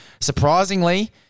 surprisingly